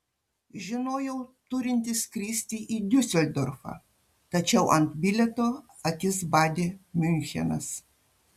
žinojau turinti skristi į diuseldorfą tačiau ant bilieto akis badė miunchenas